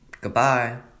Goodbye